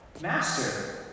Master